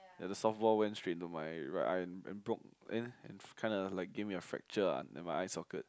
ya the softball went straight into my right eye I broke eh it just kind of like gave me a fracture ah like my eye socket